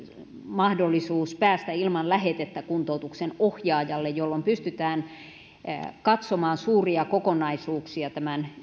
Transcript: mahdollisuus päästä ilman lähetettä kuntoutuksen ohjaajalle jolloin pystytään katsomaan suuria kokonaisuuksia tämän